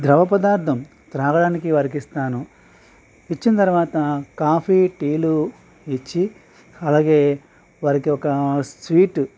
ద్రవపదార్థం త్రాగడానికి వారికి ఇస్తాను ఇచ్చిన తరువాత కాఫీ టీలు ఇచ్చి అలాగే వారికి ఒక స్వీట్